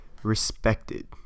Respected